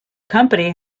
company